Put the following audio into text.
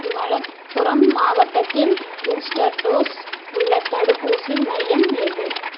மலப்புரம் மாவட்டத்தில் booster dose உள்ள தடுப்பூசி மையம் எது